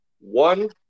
one